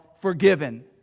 forgiven